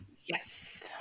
Yes